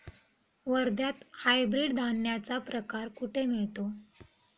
वर्ध्यात हायब्रिड धान्याचा प्रकार कुठे मिळतो?